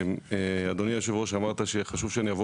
כשאדוני היושב ראש אמר שחשוב שאבוא